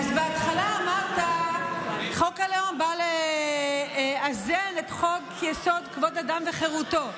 בהתחלה אמרת: חוק הלאום בא לאזן את חוק-יסוד: כבוד האדם וחירותו.